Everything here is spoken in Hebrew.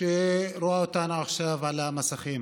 שרואה אותנו עכשיו על המסכים.